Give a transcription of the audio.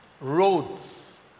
roads